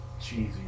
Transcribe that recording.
cheesy